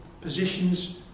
positions